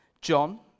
john